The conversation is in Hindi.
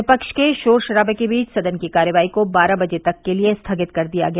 विपक्ष के शोर शराबे के बीच सदन की कार्यवाही को बारह बजे तक के लिये स्थगित कर दिया गया